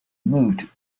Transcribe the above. moved